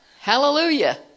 Hallelujah